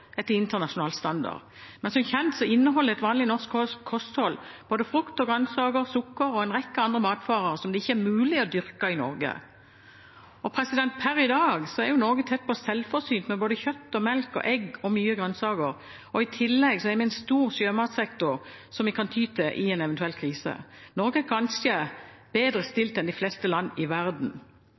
både frukt og grønnsaker, sukker og en rekke andre matvarer som det ikke er mulig å dyrke i Norge. Per i dag er jo Norge tett på selvforsynt med både kjøtt, melk, egg og mange grønnsaker. I tillegg har vi en stor sjømatsektor som vi kan ty til i en eventuell krise. Norge er kanskje bedre stilt enn de fleste andre land i verden.